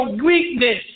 weakness